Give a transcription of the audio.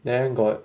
then got